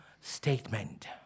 statement